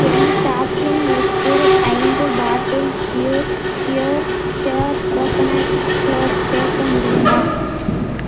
என் shopping லிஸ்ட்டில் ஐந்து bottle pure pure share coconut flour சேர்க்க முடியுமா